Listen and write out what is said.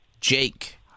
Jake